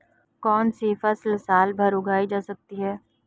कौनसी फसल साल भर उगाई जा सकती है?